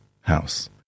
house